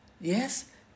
yes